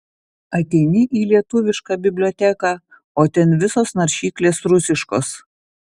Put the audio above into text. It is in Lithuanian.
ateini į lietuviška biblioteką o ten visos naršyklės rusiškos